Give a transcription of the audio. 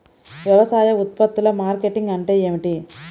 వ్యవసాయ ఉత్పత్తుల మార్కెటింగ్ అంటే ఏమిటి?